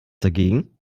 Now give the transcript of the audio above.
dagegen